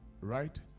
Right